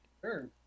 Sure